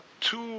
two